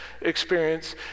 experience